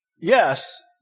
yes